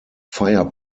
fire